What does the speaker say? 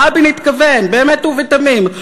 רבין התכוון באמת ובתמים,